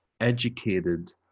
educated